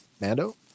Mando